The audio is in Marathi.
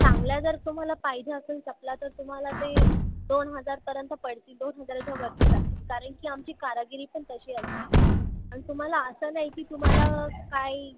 चांगल्या जर तुम्हाला पाहिजे असेल चपला तर तुम्हाला ते दोन हजारपर्यंत पडतील दोन हजाराच्या वरती जातील कारण की आमची कारागिरी पण तशी असते आणि तुम्हाला असं नाही की तुम्हाला काही